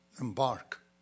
embark